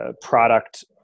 product